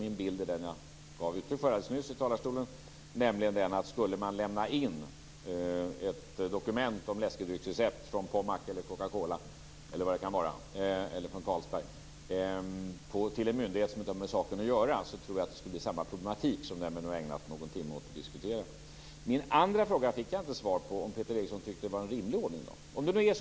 Min bild är den jag gav uttryck för alldeles nyss i talarstolen: Om man skulle lämna in ett dokument med ett läskedrycksrecept från Pommac, Coca-Cola, Carlsberg eller vad det nu kan vara till en myndighet som inte har med saken att göra så tror jag att det skulle bli samma problematik som den vi nu har ägnat någon timme åt att diskutera. Min andra fråga, om ifall Peter Eriksson tyckte att detta är en rimlig ordning, fick jag inte svar på.